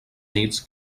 nits